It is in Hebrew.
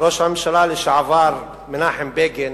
ראש הממשלה לשעבר מנחם בגין,